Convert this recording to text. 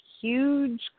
huge